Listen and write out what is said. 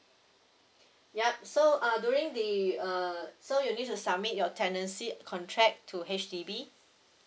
yup so uh during the uh so you need to submit your tenancy contract to H_D_B